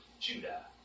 Judah